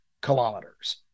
kilometers